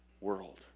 world